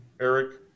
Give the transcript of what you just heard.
Eric